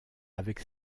avec